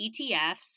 ETFs